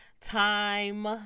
time